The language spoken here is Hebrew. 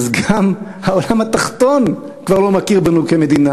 אז גם העולם התחתון כבר לא מכיר בנו כמדינה.